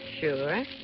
Sure